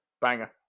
Banger